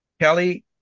Kelly